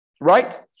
right